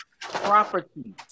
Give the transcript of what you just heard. property